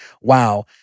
wow